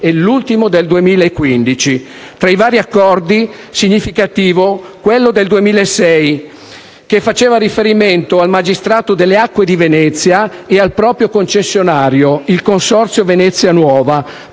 e l'ultimo del 2015. Tra i vari accordi è significativo quello del 2006 che faceva riferimento al magistrato delle acque di Venezia e al proprio concessionario, il Consorzio Venezia Nuova,